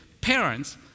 parents